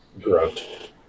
grunt